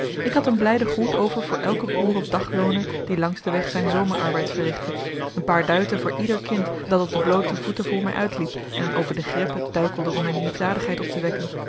ik had een blijden groet over voor elken boer of daglooner die langs den weg zijn zomerarbeid verrichtte een paar duiten voor ieder kind dat op de bloote voeten voor mij uitliep en over de greppen duikelde om mijn liefdadigheid op te wekken